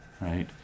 right